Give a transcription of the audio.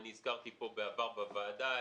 אני הזכרתי בעבר בוועדה,